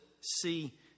see